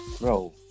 Bro